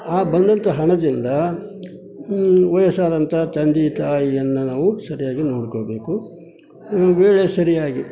ಆ ಬಂದಂಥ ಹಣದಿಂದ ವಯಸ್ಸಾದಂಥ ತಂದೆ ತಾಯಿಯನ್ನು ನಾವು ಸರಿಯಾಗಿ ನೋಡಿಕೊಳ್ಬೇಕು ಒಂದುವೇಳೆ ಸರಿಯಾಗಿ